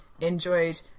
enjoyed